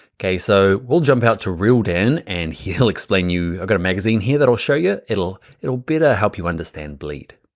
okay, so we'll jump out to real dan. and he'll explain you, about a magazine here that'll show you. it will it will but help you understand bleed.